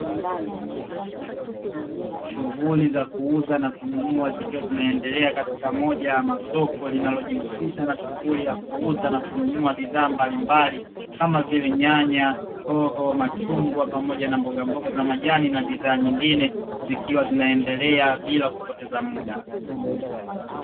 Shughuli za kuuza na kununua zikiwa zinaendelea katika moja ya masoko linalojihusisha na shughuli ya kuuza na kununua bidhaa mbalimbali kama vile nyanya, hoho, machungwa pamoja na mbogamboga za majani na bidhaa nyingine zikiwa zinaendelea bila kupoteza muda.